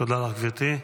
תודה לך, גברתי.